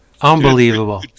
unbelievable